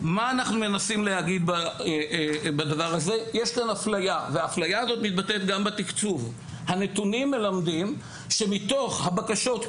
ואז ביישוב כמו כסיפה שיש כאן נציג שלו; מנהל מחלקת החינוך